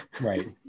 Right